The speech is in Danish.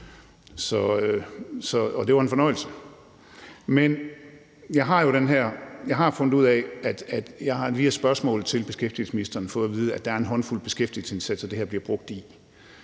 og det var en fornøjelse. Men jeg har fået at vide via spørgsmål til beskæftigelsesministeren, at der er en håndfuld beskæftigelsesindsatser, det her bliver brugt i.